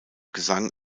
gesang